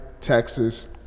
Texas